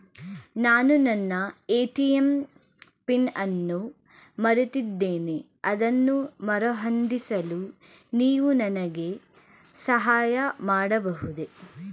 ನಾನು ನನ್ನ ATM PIN ಅನ್ನು ಮರೆತಿದ್ದೇನೆ ಅದನ್ನು ಮರುಹೊಂದಿಸಲು ನೀವು ನನಗೆ ಸಹಾಯ ಮಾಡಬಹುದೇ?